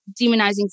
demonizing